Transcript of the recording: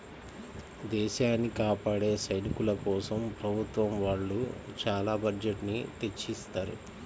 దేశాన్ని కాపాడే సైనికుల కోసం ప్రభుత్వం వాళ్ళు చానా బడ్జెట్ ని తెచ్చిత్తారు